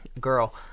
Girl